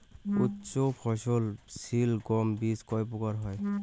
উচ্চ ফলন সিল গম বীজ কয় প্রকার হয়?